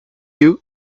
you